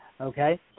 okay